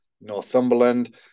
Northumberland